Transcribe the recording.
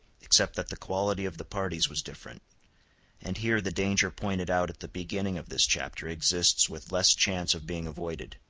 except that the quality of the parties was different and here the danger pointed out at the beginning of this chapter exists with less chance of being avoided.